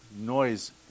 noise